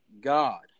God